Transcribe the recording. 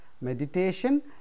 meditation